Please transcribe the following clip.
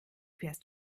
fährst